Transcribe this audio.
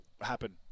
happen